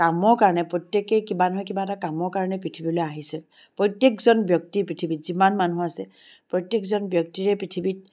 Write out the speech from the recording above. কামৰ কাৰণে প্ৰত্যেকেই কিবা নহয় কিবা এটা কামৰ কাৰণে পৃথিৱীলৈ আহিছে প্ৰত্যেকজন ব্যক্তিৰ পৃথিৱীত যিমান মানুহ আছে প্ৰত্যেকজন ব্যক্তিৰে পৃথিৱীত